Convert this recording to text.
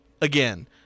again